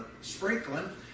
sprinkling